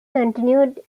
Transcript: continued